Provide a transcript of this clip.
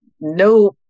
no